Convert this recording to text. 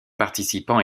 participants